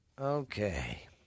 Okay